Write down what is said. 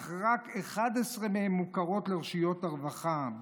אך רק 11% מהן מוכרות לרשויות הרווחה".